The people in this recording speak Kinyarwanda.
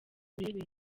urebe